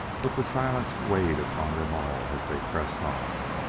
but the silence weighed upon them all as they pressed on.